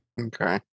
okay